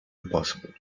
impossible